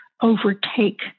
overtake